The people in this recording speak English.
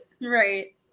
Right